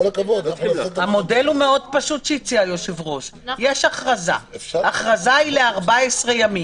המודל שהציע היושב-ראש מאוד פשוט: יש הכרזה ל-14 ימים.